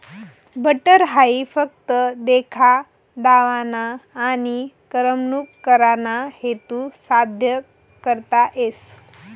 butter हाई फक्त देखा दावाना आनी करमणूक कराना हेतू साद्य करता येस